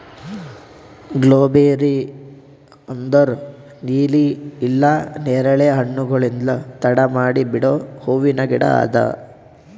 blueberry ಅಂದುರ್ ನೀಲಿ ಇಲ್ಲಾ ನೇರಳೆ ಹಣ್ಣುಗೊಳ್ಲಿಂದ್ ತಡ ಮಾಡಿ ಬಿಡೋ ಹೂವಿನ ಗಿಡ ಅದಾ